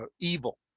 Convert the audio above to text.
evil